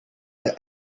the